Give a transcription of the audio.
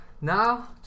now